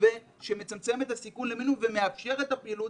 מתווה שמצמצם את הסיכון למינימום ומאפשר את הפעילות,